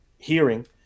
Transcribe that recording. hearing